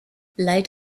light